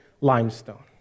limestone